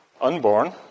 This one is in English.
unborn